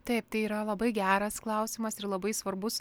taip tai yra labai geras klausimas ir labai svarbus